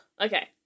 Okay